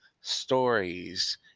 stories